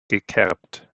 gekerbt